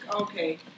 Okay